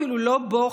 אפילו לא בו,